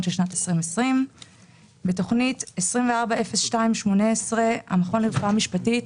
של שנת 2020. בתוכנית 240218 המכון לרפואה משפטית,